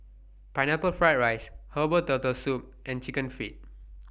Pineapple Fried Rice Herbal Turtle Soup and Chicken Feet